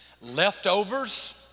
leftovers